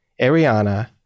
Ariana